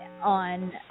on